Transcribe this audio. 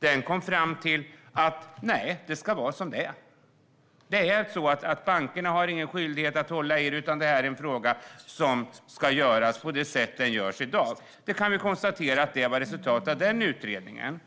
Den kom fram till att det skulle vara som det är: Bankerna har ingen skyldighet att hålla i detta, utan den här frågan ska hanteras som i dag. Det var resultatet av den utredningen.